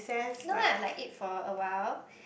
no what I eat for a while